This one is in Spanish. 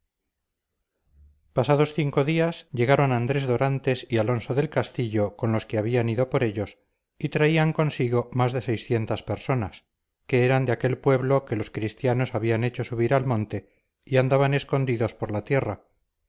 pasados cinco días llegaron andrés dorantes y alonso del castillo con los que habían ido por ellos y traían consigo más de seiscientas personas que eran de aquel pueblo que los cristianos habían hecho subir al monte y andaban escondidos por la tierra